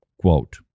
Quote